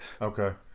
Okay